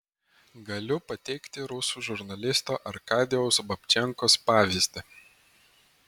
galiu pateikti rusų žurnalisto arkadijaus babčenkos pavyzdį